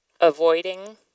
avoiding